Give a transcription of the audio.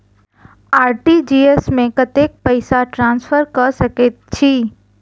RTGS मे कतेक पैसा ट्रान्सफर कऽ सकैत छी?